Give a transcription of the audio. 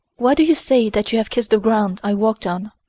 why do you say that you have kissed the ground i walked on?